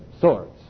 sorts